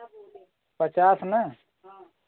पचास ना